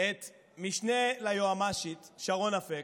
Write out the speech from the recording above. את המשנה ליועמ"שית שרון אפק,